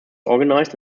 organized